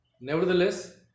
Nevertheless